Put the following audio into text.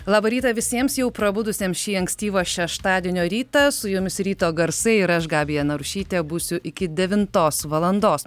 labą rytą visiems jau prabudusiem šį ankstyvą šeštadienio rytą su jumis ryto garsai ir aš gabija narušytė būsiu iki devintos valandos